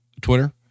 Twitter